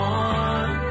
one